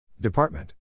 Department